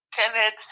timid